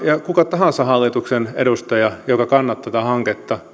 ja kuka tahansa hallituksen ja myös opposition edustaja joka kannattaa tätä hanketta